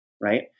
Right